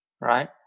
right